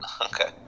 Okay